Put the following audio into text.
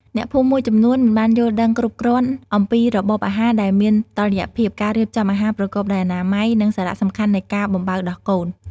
អ្នកភូមិមួយចំនួនមិនបានយល់ដឹងគ្រប់គ្រាន់អំពីរបបអាហារដែលមានតុល្យភាព ការរៀបចំអាហារប្រកបដោយអនាម័យ និងសារៈសំខាន់នៃការបំបៅដោះកូន។